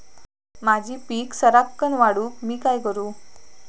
माझी पीक सराक्कन वाढूक मी काय करू?